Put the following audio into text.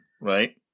right